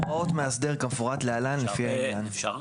אפשר?